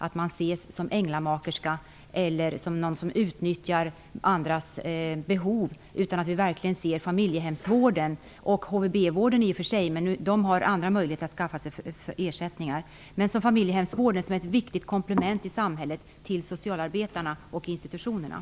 Då sågs man som änglamakerska eller som någon som utnyttjade andras behov. Vi måste se familjehemsvården som ett viktigt komplement till socialarbetarna och institutionerna i samhället. Det gäller i och för sig även HVB, men de har andra möjligheter att skaffa sig ersättningar.